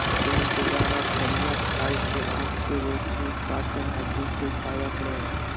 सेम के दाना फलियां खाय से आँख के रोशनी, पाचन, हड्डी के फायदा करे हइ